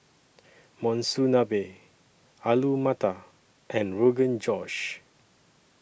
Monsunabe Alu Matar and Rogan Josh